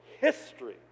history